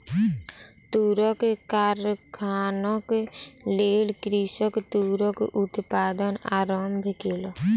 तूरक कारखानाक लेल कृषक तूरक उत्पादन आरम्भ केलक